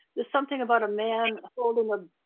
there's something about a man holding the